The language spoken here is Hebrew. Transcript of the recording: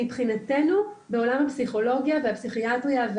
מבחינתנו בעולם הפסיכולוגיה והפסיכיאטריה,